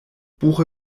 buche